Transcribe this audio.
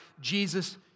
Jesus